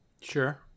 Sure